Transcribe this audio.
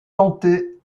tenter